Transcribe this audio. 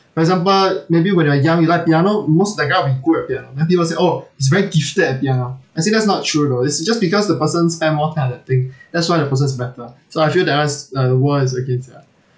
for example maybe when you are young you like piano most of that guy will be good at piano then people said oh he's very gifted at piano actually that's not true though is just because the person spend more time on that thing that's why the person is better so I feel that one is the world is against ya